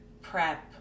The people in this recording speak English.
prep